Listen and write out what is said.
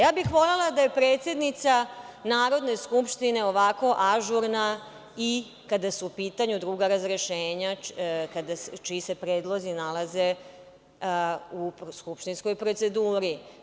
Ja bih volela da je predsednica Narodne skupštine ovako ažurna i kada su u pitanju druga razrešenja, čiji se predlozi nalaze u skupštinskoj proceduri.